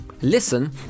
Listen